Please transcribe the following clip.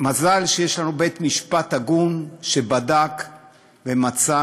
מזל שיש לנו בית-משפט הגון, שבדק ומצא